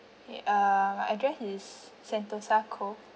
yea um my address is sentosa cove